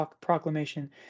proclamation